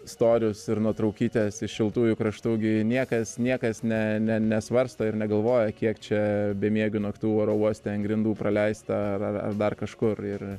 storius ir nuotraukytes iš šiltųjų kraštų gi niekas niekas ne nesvarsto ir negalvoja kiek čia bemiegių naktų oro uoste ant grindų praleista ar ar aš dar kažkur ir